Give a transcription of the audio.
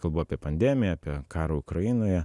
kalbu apie pandemiją apie karą ukrainoje